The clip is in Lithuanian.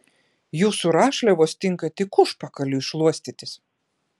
jūsų rašliavos tinka tik užpakaliui šluostytis